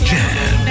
Jam